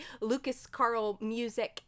lucascarlmusic